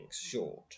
short